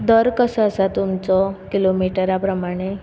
दर कसो आसा तुमचो किलोमिटरा प्रमाणे